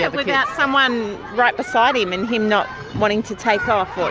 yeah without someone right beside him and him not wanting to take off.